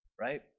right